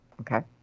okay